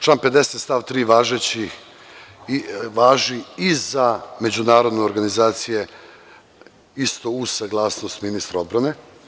Član 50. stav 3. važi i za međunarodne organizacije isto uz saglasnost ministra odbrane.